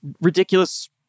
ridiculous